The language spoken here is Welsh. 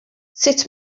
sut